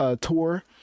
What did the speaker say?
tour